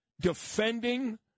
defending